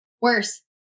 Worse